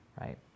right